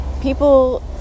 people